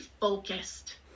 focused